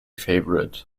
favorite